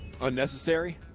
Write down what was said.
Unnecessary